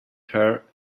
her